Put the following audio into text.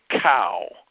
cow